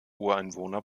ureinwohner